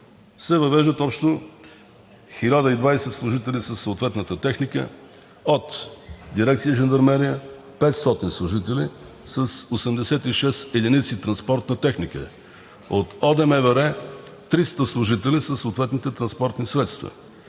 въвеждат общо 1020 служители със съответната техника от: Дирекция „Жандармерия“ – 500 служители с 86 единици транспортна техника, от ОДМВР – 300 служители със съответните транспортни средства,